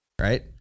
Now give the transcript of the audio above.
right